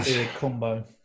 combo